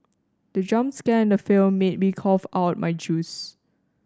the jump scare in the film made me cough out my juice